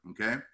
Okay